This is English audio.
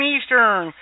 Eastern